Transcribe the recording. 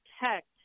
protect